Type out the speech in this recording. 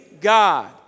God